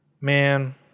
Man